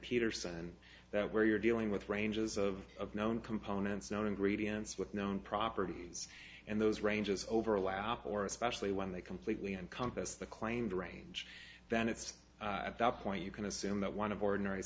peterson that where you're dealing with ranges of known components known ingredients with known properties and those ranges overlap or especially when they completely encompass the claimed range then it's at that point you can assume that one of ordinary